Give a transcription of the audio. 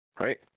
right